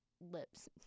lips